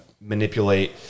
manipulate